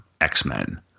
X-Men